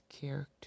character